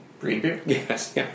Yes